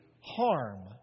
harm